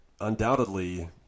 undoubtedly